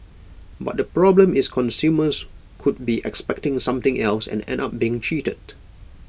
but the problem is consumers could be expecting something else and end up being cheated